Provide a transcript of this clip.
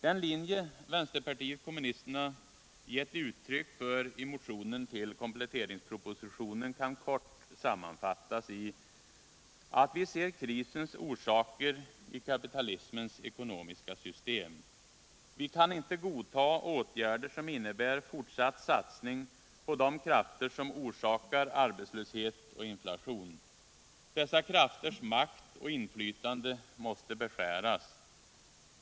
Den linje vänsterpartiet kommunisterna gett uttryck för i motionen med anledning av kompletteringspropositionen kan kort sammanfattas i, att vi ser krisens orsaker i kapitalismens ekonomiska system. Vi kan inte godta åtgärder som innebär fortsatt satsning på de krafter som orsakar arbetslöshet och inflation. Dessa krafters makt och inflytande måste beskäras.